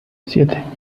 siete